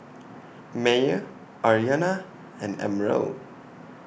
Meyer Aryanna and Emerald